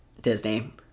Disney